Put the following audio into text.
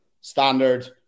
standard